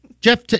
Jeff